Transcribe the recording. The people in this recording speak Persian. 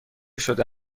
شده